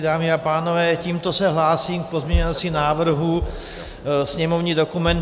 Dámy a pánové, tímto se hlásím k pozměňovacímu návrhu sněmovní dokument 5018.